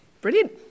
Brilliant